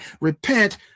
repent